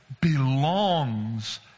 belongs